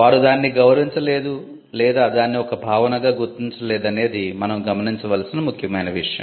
వారు దానిని గౌరవించలేదు లేదా దానిని ఒక భావనగా గుర్తించలేదు అనేది మనం గమనించవలసిన ముఖ్యమైన విషయం